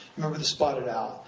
remember the spotted owl.